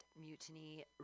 Mutiny